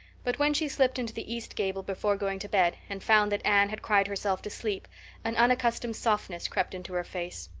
but when she slipped into the east gable before going to bed and found that anne had cried herself to sleep an unaccustomed softness crept into her face.